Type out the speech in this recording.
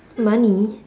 money